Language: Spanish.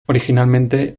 originalmente